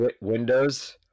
Windows